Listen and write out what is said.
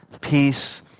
peace